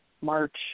March